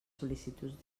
sol·licituds